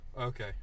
Okay